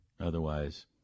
Otherwise